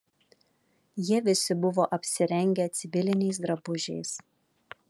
jie visi buvo apsirengę civiliniais drabužiais